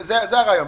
זה הרעיון.